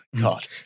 God